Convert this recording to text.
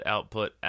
Output